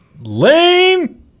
Lame